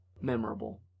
memorable